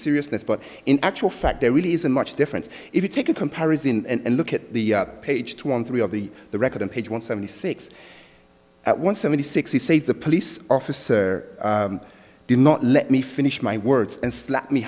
seriousness but in actual fact there really isn't much difference if you take a comparison and look at the page two hundred three of the the record on page one seventy six one seventy six he says the police officer did not let me finish my words and slap me